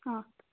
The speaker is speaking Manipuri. ꯑꯥ